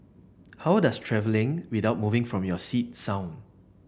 how does travelling without moving from your seat sound